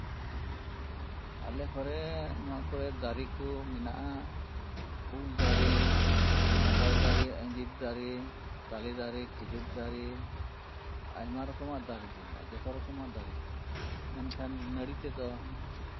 ᱟᱞᱮ ᱠᱚᱨᱮ ᱱᱚᱣᱟ ᱠᱚᱨᱮ ᱫᱟᱨᱮ ᱠᱚ ᱢᱮᱱᱟᱜᱼᱟ ᱩᱞ ᱫᱟᱨᱮ ᱠᱟᱱᱴᱷᱟᱲ ᱫᱟᱨᱮ ᱟᱹᱧᱡᱤᱨ ᱫᱟᱨᱮ ᱛᱟᱞᱮ ᱫᱟᱨᱮ ᱠᱷᱮᱡᱩᱨ ᱫᱟᱨᱮ ᱟᱭᱢᱟ ᱨᱚᱠᱚᱢᱟᱜ ᱫᱟᱨᱮ ᱜᱮ ᱢᱮᱱᱟᱜᱼᱟ ᱡᱚᱛᱚ ᱨᱚᱠᱚᱢᱟᱜ ᱫᱟᱨᱮ ᱜᱮ ᱮᱱᱠᱷᱟᱱ ᱱᱟᱹᱲᱤ ᱛᱮᱫᱼᱫᱚ